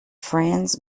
franz